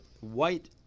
white